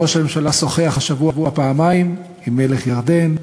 ראש הממשלה שוחח השבוע פעמיים עם מלך ירדן,